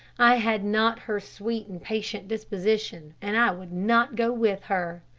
i had not her sweet and patient disposition, and i would not go with her.